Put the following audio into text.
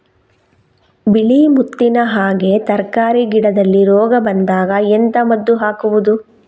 ಬಿಳಿ ಮುತ್ತಿನ ಹಾಗೆ ತರ್ಕಾರಿ ಗಿಡದಲ್ಲಿ ರೋಗ ಬಂದಾಗ ಎಂತ ಮದ್ದು ಹಾಕುವುದು?